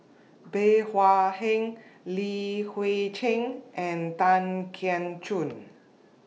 Bey Hua Heng Li Hui Cheng and Tan Keong Choon